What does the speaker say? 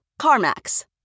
CarMax